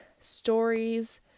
stories